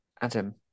Adam